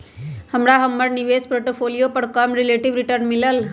हमरा हमर निवेश पोर्टफोलियो पर कम रिलेटिव रिटर्न मिलल